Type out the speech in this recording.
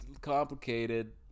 complicated